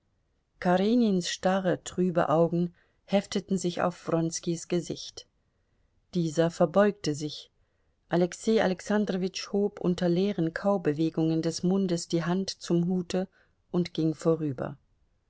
karenins starre trübe augen hefteten sich auf wronskis gesicht dieser verbeugte sich alexei alexandrowitsch hob unter leeren kaubewegungen des mundes die hand zum hute und ging vorüber